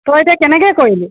তই এতিয়া কেনেকৈ কৰিলি